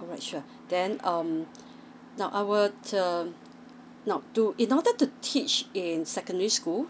alright sure then um now I will um now to in order to teach in secondary school